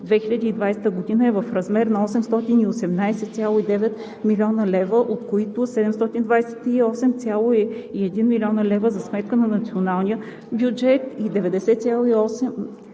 2020 г. е в размер на 818,9 млн. лв., от които 728,1 млн. лв. са за сметка на националния бюджет и 90,8 млн.